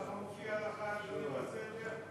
ככה מופיע לך בסדר?